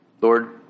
Lord